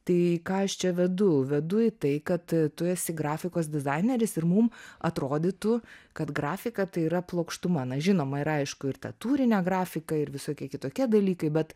tai ką aš čia vedu vedu į tai kad tu esi grafikos dizaineris ir mum atrodytų kad grafika tai yra plokštuma na žinoma ir aišku ir ta tūrinė grafika ir visokie kitokie dalykai bet